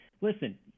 listen